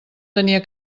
tenia